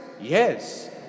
yes